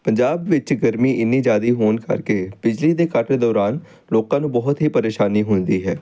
ਪੰਜਾਬ ਵਿੱਚ ਗਰਮੀ ਇੰਨੀ ਜ਼ਿਆਦਾ ਹੋਣ ਕਰਕੇ ਬਿਜਲੀ ਦੇ ਕੱਟ ਦੌਰਾਨ ਲੋਕਾਂ ਨੂੰ ਬਹੁਤ ਹੀ ਪਰੇਸ਼ਾਨੀ ਹੁੰਦੀ ਹੈ